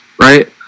right